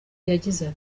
yagize